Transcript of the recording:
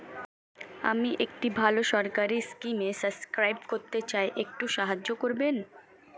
আমি একটি ভালো সরকারি স্কিমে সাব্সক্রাইব করতে চাই, একটু সাহায্য করবেন?